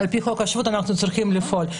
ועל פי חוק השבות אנחנו צריכים לפעול.